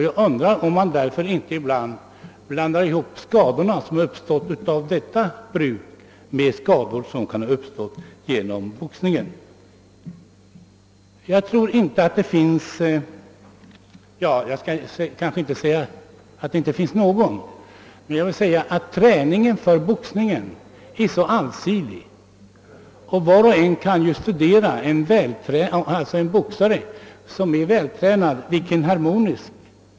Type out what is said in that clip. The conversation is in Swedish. Jag undrar därför om man inte stundom blandar ihop skador som uppstått av detta bruk med skador som har uppstått genom boxningen. Träningen för boxning är mycket allsidig. Var och en kan ju studera vilken harmonisk kropp en boxare som är vältränad får.